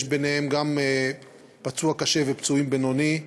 יש בהם גם פצוע קשה ופצועים בינוני,